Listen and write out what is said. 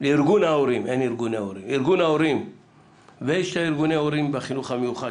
ההורים ולארגוני ההורים בחינוך המיוחד